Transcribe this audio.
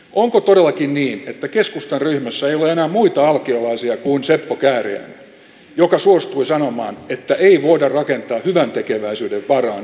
onko todellakin niin että keskustan ryhmässä ei ole enää muita alkiolaisia kuin seppo kääriäinen joka suostui sanomaan että ei voida rakentaa hyväntekeväisyyden varaan yhteiskuntaa